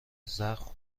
زخم